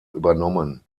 übernommen